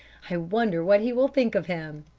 i wonder what he will think of him